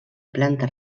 planta